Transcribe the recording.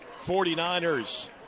49ers